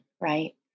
right